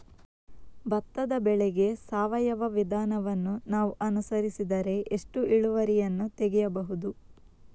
ಭತ್ತದ ಬೆಳೆಗೆ ಸಾವಯವ ವಿಧಾನವನ್ನು ನಾವು ಅನುಸರಿಸಿದರೆ ಎಷ್ಟು ಇಳುವರಿಯನ್ನು ತೆಗೆಯಬಹುದು?